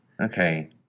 okay